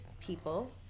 people